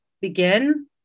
begin